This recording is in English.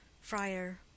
Friar